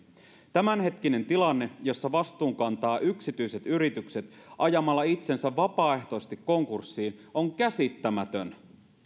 tämänhetkinen tilanne jossa vastuun kantavat yksityiset yritykset ajamalla itsensä vapaaehtoisesti konkurssiin on käsittämätön